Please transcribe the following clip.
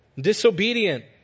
disobedient